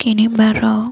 କିଣିବାର